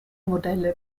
modelle